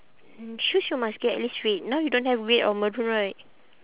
mm shoes you must get at least red now you don't have red or maroon right